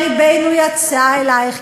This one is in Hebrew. ולבנו יצא אלייך,